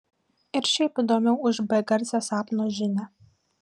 ir šiaip įdomiau už begarsę sapno žinią